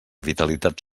vitalitat